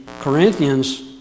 Corinthians